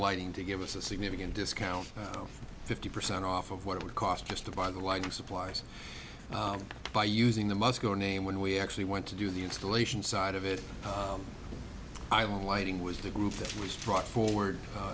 lighting to give us a significant discount of fifty percent off of what it would cost just to buy the lighting supplies by using the must go name when we actually went to do the installation side of it highlighting was the group that was brought forward a